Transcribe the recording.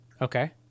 Okay